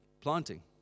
planting